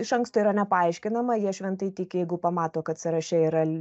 iš anksto yra nepaaiškinama jie šventai tiki jeigu pamato kad sąraše yra